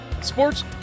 sports